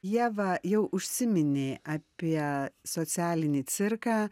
ieva jau užsiminei apie socialinį cirką